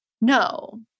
No